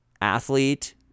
athlete